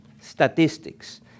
statistics